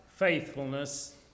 Faithfulness